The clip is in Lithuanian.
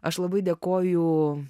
aš labai dėkoju